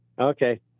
okay